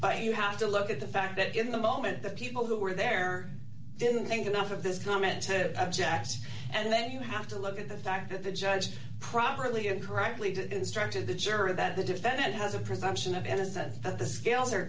but you have to look at the fact that in the moment the people who were there didn't think enough of this comment to object and then you have to look at the fact that the judge properly and correctly did instructed the jury that the defendant has a presumption of innocence that the scales are